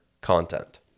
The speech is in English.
content